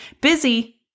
Busy